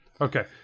Okay